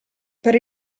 per